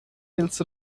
ils